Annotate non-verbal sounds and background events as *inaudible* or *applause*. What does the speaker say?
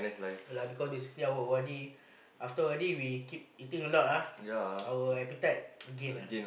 uh lah basically our O_R_D after O_R_D we keep eating a lot lah our appetite *noise* gain ah